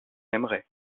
aimerait